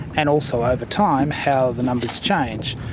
and also over time how the numbers change,